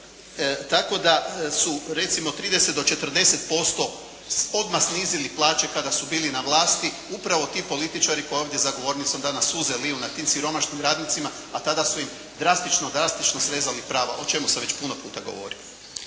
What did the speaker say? Tako da su recimo 30-40% odmah snizili polaće kada su bili na vlasti, upravo ti političari koji ovdje za govornicom danas suze liju nad tim siromašnim radnicima, a tada su im drastično, drastično srezali prava o čemu sam već puno puta govorio.